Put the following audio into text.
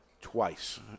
twice